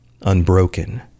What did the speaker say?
unbroken